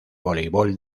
voleibol